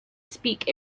speak